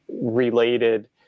related